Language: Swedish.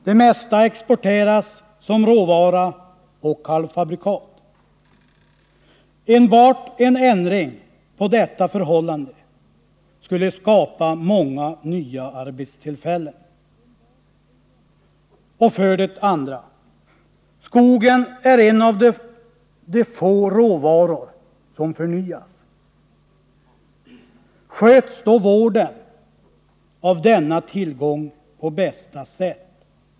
Det mesta exporteras som råvara eller halvfabrikat. Enbart en ändring härvidlag skulle skapa många nya arbeten. För det andra är skogen en av de få råvaror som förnyas. Sker då vården av denna tillgång på bästa sätt?